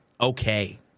okay